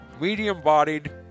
medium-bodied